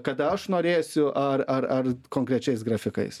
kada aš norėsiu ar ar ar konkrečiais grafikais